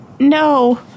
No